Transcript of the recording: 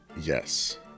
Yes